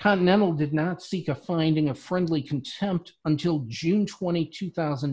continental did not seek a finding a friendly contempt until june twenty two thousand